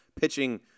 Pitching